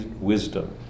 wisdom